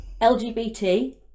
LGBT